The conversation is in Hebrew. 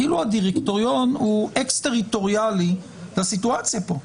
כאילו הדירקטוריון הוא אקס טריטוריאלי לסיטואציה פה.